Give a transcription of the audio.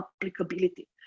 applicability